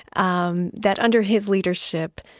um that under his leadership.